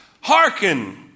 Hearken